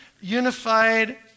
unified